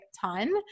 ton